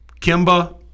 Kimba